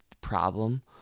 problem